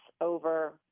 over